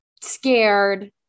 scared